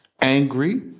angry